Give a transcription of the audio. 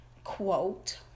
Quote